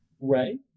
Ray